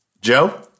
Joe